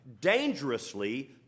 dangerously